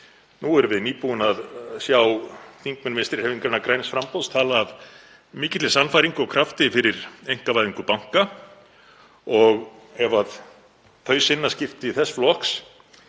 Nú erum við nýbúin að sjá þingmenn Vinstrihreyfingarinnar – græns framboðs tala af mikilli sannfæringu og krafti fyrir einkavæðingu banka og ef þau sinnaskipti þess flokks